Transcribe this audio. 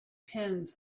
pins